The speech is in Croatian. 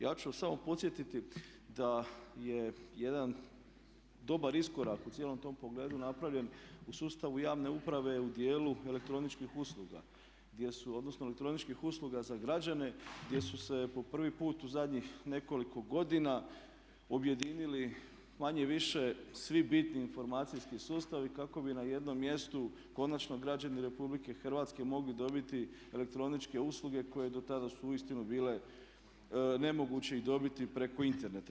Ja ću samo podsjetiti da je jedan dobar iskorak u cijelom tom pogledu napravljen u sustavu javne uprave u dijelu elektroničkih usluga, gdje su, odnosno elektroničkih usluga za građane gdje su se po prvi put u zadnjih nekoliko godina objedinili manje-više svi bitni informacijski sustavi kako bi na jednom mjestu konačno građani Republike Hrvatske mogli dobiti elektroničke usluge koje do tada su uistinu bile nemoguće ih dobiti preko interneta.